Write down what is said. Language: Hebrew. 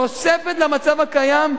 תוספת למצב הקיים,